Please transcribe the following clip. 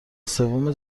سوم